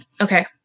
okay